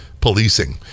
policing